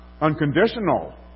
Unconditional